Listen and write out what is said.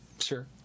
Sure